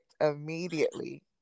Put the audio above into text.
immediately